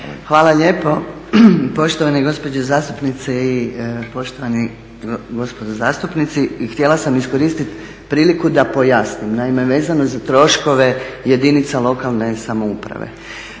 Hvala lijepo. Poštovane gospođe zastupnice i poštovani gospodo zastupnici, htjela sam iskoristiti priliku da pojasnim. Naime, vezano za troškove jedinica lokalne samouprave